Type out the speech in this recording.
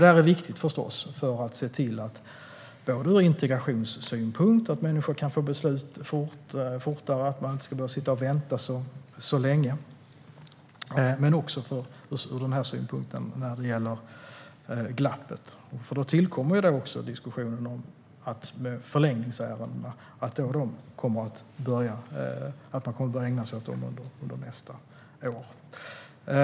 Ur integrationssynpunkt är det förstås viktigt att människor kan få beslut fortare, men det gäller också glappet, för annars tillkommer diskussionen om förlängningsärendena som man kommer att börja ägna sig åt under nästa år.